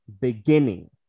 beginning